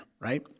Right